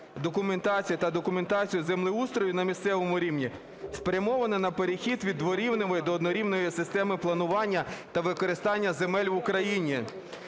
документацією та документацією землеустрою на місцевому рівні, спрямовано на перехід від дворівневої до однорівневої системи планування та використання земель в Україні.